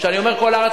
כשאני אומר כל הארץ,